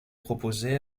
proposée